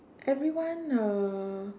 everyone uh